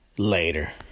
Later